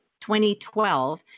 2012